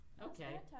Okay